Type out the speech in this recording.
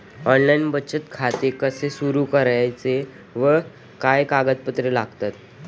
Online बचत खाते कसे सुरू करायचे व काय कागदपत्रे लागतात?